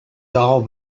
doll